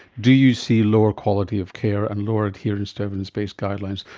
do you see lower quality of care and lower adherence to evidence-based guidelines?